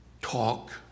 talk